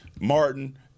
Martin